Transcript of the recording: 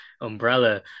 umbrella